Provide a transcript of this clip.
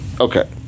Okay